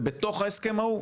זה בתוך ההסכם ההוא,